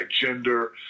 gender